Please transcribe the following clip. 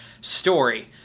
story